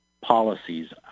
policies